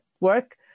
work